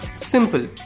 Simple